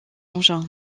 engin